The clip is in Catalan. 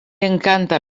encanta